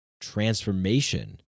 transformation